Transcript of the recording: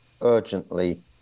urgently